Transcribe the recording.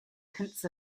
hints